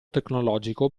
tecnologico